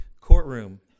courtroom